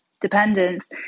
dependence